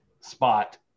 spot